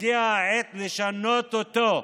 והגיעה העת לשנות אותו.